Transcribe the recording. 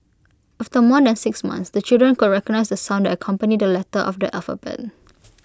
after more than six months the children could recognise the sounds that accompany the letter of the alphabet